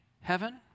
heaven